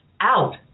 out